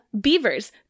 beavers